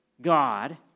God